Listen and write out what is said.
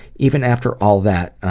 even after all that,